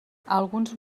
alguns